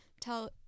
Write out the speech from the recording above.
tell